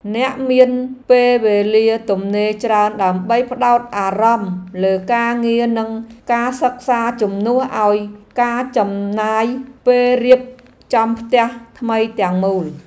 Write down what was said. អ្នកមានពេលវេលាទំនេរច្រើនដើម្បីផ្ដោតអារម្មណ៍លើការងារនិងការសិក្សាជំនួសឱ្យការចំណាយពេលរៀបចំផ្ទះថ្មីទាំងមូល។